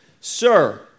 Sir